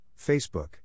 Facebook